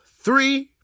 three